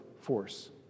force